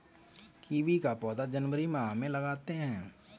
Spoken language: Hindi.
कीवी का पौधा जनवरी माह में लगाते हैं